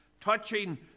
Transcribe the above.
touching